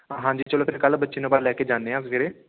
ਹਾਂਜੀ ਚਲੋ ਫਿਰ ਕੱਲ੍ਹ ਬੱਚੇ ਨੂੰ ਆਪਾਂ ਲੈ ਕੇ ਜਾਂਦੇ ਹਾਂ ਸਵੇਰੇ